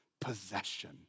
possession